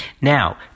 Now